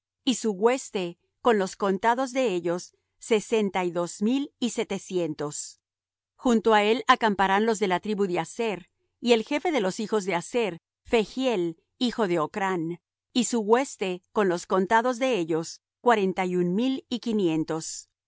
y su hueste con los contados de ellos sesenta y dos mil y setecientos junto á él acamparán los de la tribu de aser y el jefe de los hijos de aser phegiel hijo de ocrán y su hueste con los contados de ellos cuarenta y un mil y quinientos y